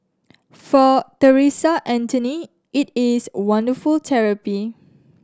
for Theresa Anthony it is wonderful therapy